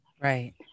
right